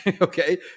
okay